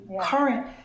current